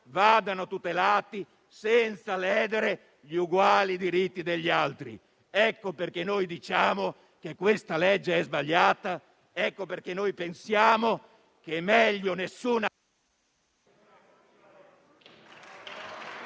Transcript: vadano tutelati senza ledere gli uguali diritti degli altri. Ecco perché noi diciamo che questo disegno di legge è sbagliato ed ecco perché pensiamo che sia meglio nessuna...